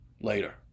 Later